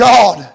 God